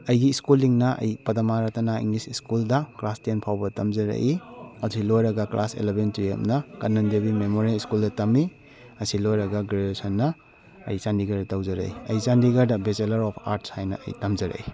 ꯑꯩꯒꯤ ꯁ꯭ꯀꯨꯜꯂꯤꯡꯅ ꯑꯩ ꯄꯥꯗꯃꯥ ꯔꯥꯇꯅꯥ ꯏꯪꯂꯤꯁ ꯁ꯭ꯀꯨꯜꯗ ꯀ꯭ꯂꯥꯁ ꯇꯦꯟ ꯐꯥꯎꯕ ꯇꯝꯖꯔꯛꯏ ꯑꯁꯤ ꯂꯣꯏꯔꯒ ꯀ꯭ꯂꯥꯁ ꯑꯦꯂꯕꯦꯟ ꯇꯨꯋꯦꯜꯄꯅ ꯀꯥꯅꯟ ꯗꯦꯕꯤ ꯃꯦꯃꯣꯔꯤꯑꯦꯜ ꯁ꯭ꯀꯨꯜꯗ ꯇꯝꯃꯤ ꯑꯁꯤ ꯂꯣꯏꯔꯒ ꯒ꯭ꯔꯦꯖꯨꯑꯦꯁꯟꯅ ꯑꯩ ꯆꯥꯟꯗꯤꯒꯔꯗ ꯇꯧꯖꯔꯛꯏ ꯑꯩ ꯆꯥꯟꯗꯤꯒꯔꯗ ꯕꯦꯆꯦꯂꯔ ꯑꯣꯐ ꯑꯥꯔꯠꯁ ꯍꯥꯏꯅ ꯑꯩ ꯇꯝꯖꯔꯛꯏ